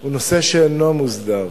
הוא נושא שאינו מוסדר.